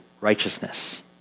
righteousness